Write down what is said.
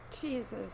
Jesus